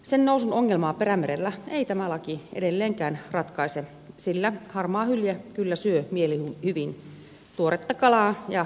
sen nousun ongelmaa perämerellä ei tämä laki edelleenkään ratkaise sillä harmaahylje kyllä syö mielihyvin tuoretta kalaa ja pakastekalaahan se ei syö